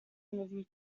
moving